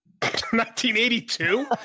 1982